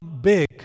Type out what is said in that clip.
big